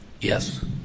Yes